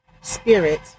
spirit